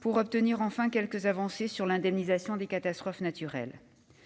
pour, enfin, obtenir quelques avancées en matière d'indemnisation des catastrophes naturelles.